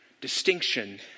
distinction